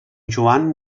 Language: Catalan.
joan